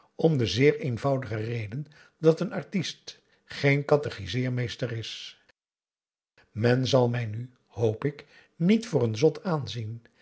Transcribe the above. om de zeer eenvoudige reden dat n artist geen katechiseermeester is men zal mij nu hoop ik niet voor een zot aanzien